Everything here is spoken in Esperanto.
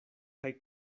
kaj